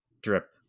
drip